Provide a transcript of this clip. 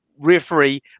referee